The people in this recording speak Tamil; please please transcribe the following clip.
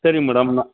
சரி மேடம் நான்